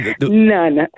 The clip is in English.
None